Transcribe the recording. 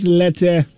letter